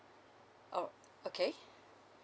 oh okay